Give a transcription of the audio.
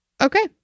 Okay